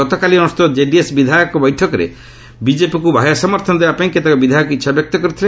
ଗତକାଲି ଅନୁଷ୍ଠିତ କେଡିଏସ୍ ବିଧାୟକଙ୍କର ବୈଠକରେ ବିଜେପିକ୍ ବାହ୍ୟ ସମର୍ଥନ ଦେବାପାଇଁ କେତେକ ବିଧାୟକ ଇଚ୍ଛାବ୍ୟକ୍ତ କରିଥିଲେ